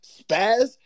spaz